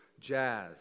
Jazz